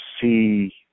see